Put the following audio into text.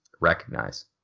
recognize